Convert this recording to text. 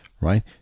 right